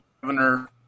governor